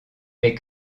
est